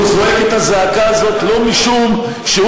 הוא זועק את הזעקה הזאת לא משום שהוא